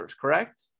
correct